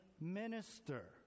minister